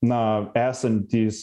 na esantys